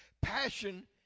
Passion